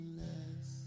less